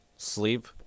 Sleep